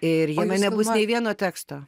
ir jame nebus nei vieno teksto